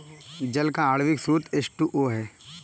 जल का आण्विक सूत्र एच टू ओ है